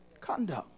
Conduct